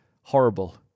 horrible